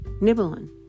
nibbling